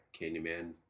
Candyman